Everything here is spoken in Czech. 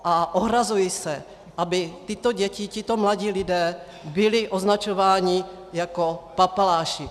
A ohrazuji se, aby tyto děti, tito mladí lidé byli označováni jako papaláši.